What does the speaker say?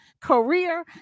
career